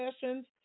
sessions